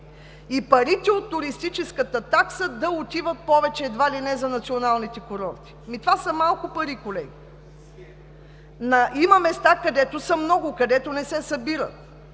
пари от туристическата такса да отиват едва ли не за националните курорти. Това са малко пари, колеги! Има места, където са много, където не се събират,